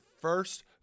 first